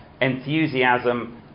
enthusiasm